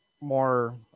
more